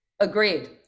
Agreed